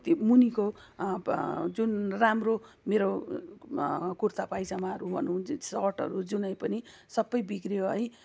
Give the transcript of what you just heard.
मुनिको जुन राम्रो मेरो कुर्ता पाइजामाहरू भनौँ सर्टहरू जुनै पनि सबै बिग्रियो है